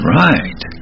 right